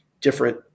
different